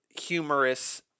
humorous